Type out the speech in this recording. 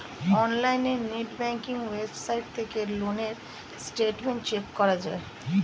অনলাইনে net banking website থেকে loan এর স্টেটমেন্ট চেক করা যায়